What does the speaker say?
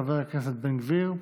חבר הכנסת בן גביר,